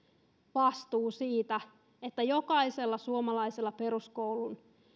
vastuu siitä että jokaisella suomalaisella peruskoulun